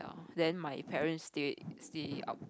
then my parents stay stay up